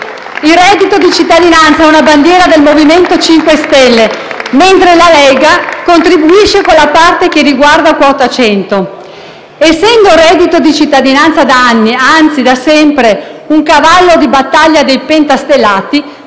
Il reddito di cittadinanza è una bandiera del MoVimento 5 stelle, mentre la Lega contribuisce con la parte che riguarda quota 100. Ora, essendo il reddito di cittadinanza da anni, anzi da sempre, un cavallo di battaglia dei pentastellati,